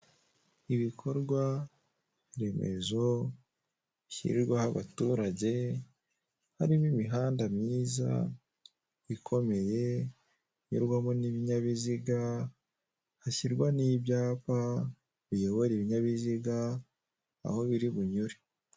Ibikorwa remezo bishyirirwaho abaturage harimo imihanda myiza ikomeye inyurwamo n'ibinyabiziga hashyirwa n'ibyapa biyobora ibinyabiziga aho biri bunyure.